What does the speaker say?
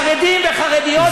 בזכותו חזרנו לארץ,